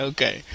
Okay